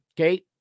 Okay